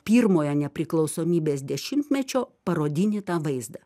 pirmojo nepriklausomybės dešimtmečio parodinį tą vaizdą